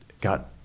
got